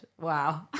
wow